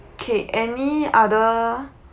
cake any other